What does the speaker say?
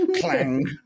clang